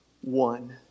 one